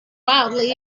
wildly